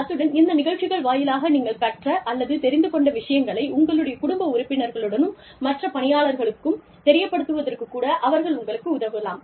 அத்துடன் இந்த நிகழ்ச்சிகள் வாயிலாக நீங்கள் கற்ற அல்லது தெரிந்து கொண்ட விஷயங்களை உங்களுடைய குடும்ப உறுப்பினர்களுக்கும் மற்ற பணியாளர்களுக்கும் தெரியப் படுத்துவதற்குக் கூட அவர்கள் உங்களுக்கு உதவலாம்